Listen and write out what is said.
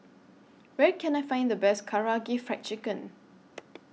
Where Can I Find The Best Karaage Fried Chicken